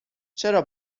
چرا